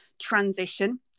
transition